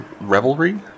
revelry